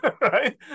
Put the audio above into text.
Right